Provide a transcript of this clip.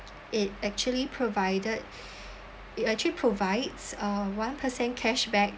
it actually provided it actually provides uh one percent cashback